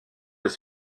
des